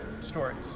stories